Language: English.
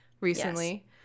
recently